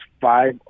five